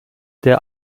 der